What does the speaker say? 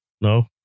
No